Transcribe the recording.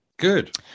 Good